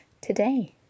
today